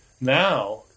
now